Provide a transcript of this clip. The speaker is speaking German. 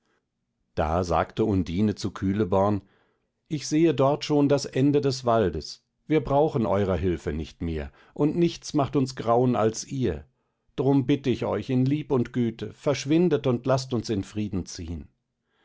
da sagte undine zu kühleborn ich sehe dort schon das ende des waldes wir brauchen eurer hülfe nicht mehr und nichts macht uns grauen als ihr drum bitt euch in lieb und güte verschwindet und laßt uns in frieden ziehn